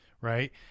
Right